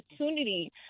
opportunity